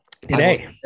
today